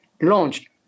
launched